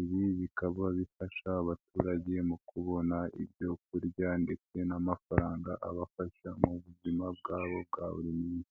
Ibi bikaba bifasha abaturage mu kubona ibyo kurya ndetse n'amafaranga abafasha mu buzima bwabo bwa buri munsi.